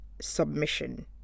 submission